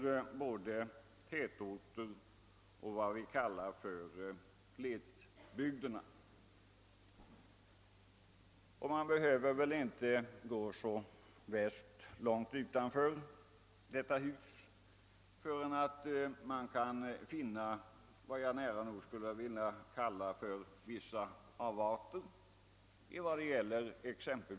Både tätorter och vad vi kallar glesbygder har trafikproblem. Man behöver inte gå så värst långt utanför detta hus för att finna vad jag skulle vilja kalla avarter av trafiken.